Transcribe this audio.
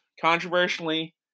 controversially